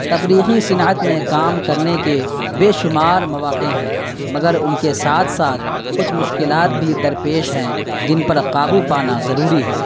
تفریحی صنعت میں کام کرنے کے بے شمار مواقع ہیں مگر ان کے ساتھ ساتھ کچھ مشکلات بھی درپیش ہیں جن پر قابو پانا ضروری ہے